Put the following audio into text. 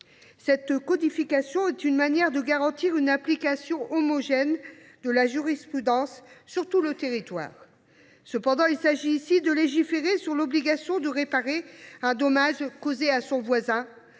La codification proposée est une manière de garantir une application homogène de la jurisprudence sur tout le territoire. Il s’agit ici de légiférer sur l’obligation de réparer un dommage causé à son voisin.